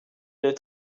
est